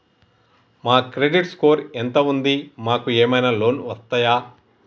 మా credit score ఎంత ఉంది? మాకు ఏమైనా లోన్స్ వస్తయా?